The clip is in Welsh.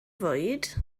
fwyd